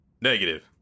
Negative